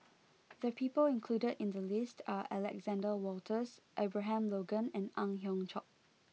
the people included in the list are Alexander Wolters Abraham Logan and Ang Hiong Chiok